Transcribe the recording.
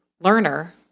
learner